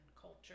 culture